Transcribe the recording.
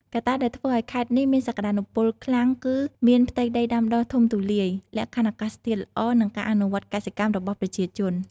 កត្តាដែលធ្វើឱ្យខេត្តនេះមានសក្ដានុពលខ្លាំងគឺ មានផ្ទៃដីដាំដុះធំទូលាយ លក្ខខណ្ឌអាកាសធាតុល្អ និងការអនុវត្តកសិកម្មរបស់ប្រជាជន។